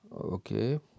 Okay